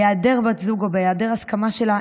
בהיעדר בת זוג או בהיעדר הסכמה שלה,